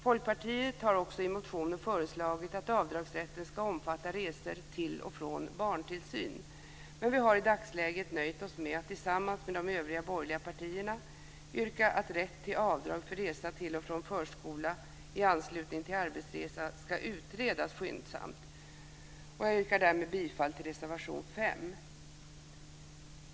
Folkpartiet har också i motioner föreslagit att avdragsrätten ska omfatta resor till och från barntillsyn, men vi har i dagsläget nöjt oss med att tillsammans med de övriga borgerliga partierna yrka att rätt till avdrag för resa till och från förskola i anslutning till arbetsresa skyndsamt ska utredas. Jag yrkar därmed bifall till reservation 5.